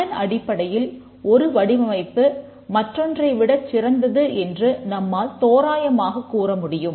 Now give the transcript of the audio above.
அதன் அடிப்படையில் ஒரு வடிவமைப்பு மற்றொன்றை விடச் சிறந்தது என்று நம்மால் தோராயமாகக் கூற முடியும்